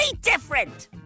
different